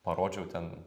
parodžiau ten